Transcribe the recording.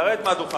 חצוף.